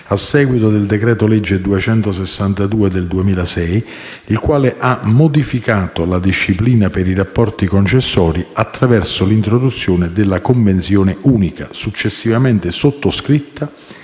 a seguito del decreto-legge 3 ottobre 2006, n. 262, il quale ha modificato la disciplina per i rapporti concessori attraverso l'introduzione della convenzione unica, successivamente sottoscritta